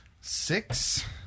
Six